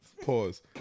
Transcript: Pause